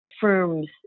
firms